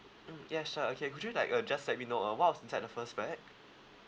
mm yes sure okay could you like uh just let me know uh what was inside the first bag